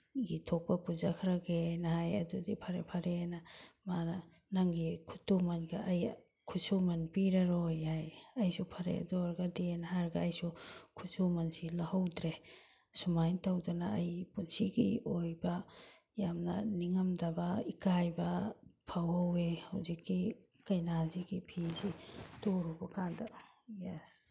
ꯒꯤ ꯊꯣꯛꯄ ꯄꯨꯖꯈ꯭ꯔꯒꯦꯅ ꯍꯥꯏ ꯑꯗꯨꯗꯤ ꯐꯔꯦ ꯐꯔꯦꯅ ꯃꯥꯅ ꯅꯪꯒꯤ ꯈꯨꯠꯇꯨꯃꯟꯒ ꯑꯩ ꯈꯨꯁꯨꯃꯟ ꯄꯤꯔꯔꯣꯏ ꯍꯥꯏ ꯑꯩꯁꯨ ꯐꯔꯦ ꯑꯗꯨ ꯑꯣꯏꯔꯒꯗꯤ ꯍꯥꯏꯔꯒ ꯑꯩꯁꯨ ꯈꯨꯠꯁꯨꯃꯟꯁꯤ ꯂꯧꯍꯧꯗ꯭ꯔꯦ ꯁꯨꯃꯥꯏꯅ ꯇꯧꯗꯅ ꯑꯩ ꯄꯨꯟꯁꯤꯒꯤ ꯑꯣꯏꯕ ꯌꯥꯝꯅ ꯅꯤꯡꯉꯝꯗꯕ ꯏꯀꯥꯏꯕ ꯐꯥꯎꯍꯧꯋꯦ ꯍꯧꯖꯤꯛꯀꯤ ꯀꯩꯅꯥꯁꯤꯒꯤ ꯐꯤꯁꯤ ꯇꯨꯔꯨꯕ ꯀꯥꯟꯗ